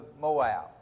Moab